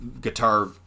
guitar